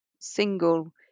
single